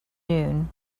noon